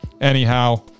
Anyhow